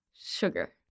Sugar